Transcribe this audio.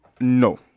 No